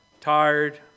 tired